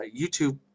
YouTube